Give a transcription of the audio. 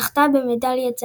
זכתה במדליות הזהב.